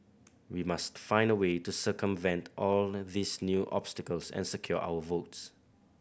we must find a way to circumvent all these new obstacles and secure our votes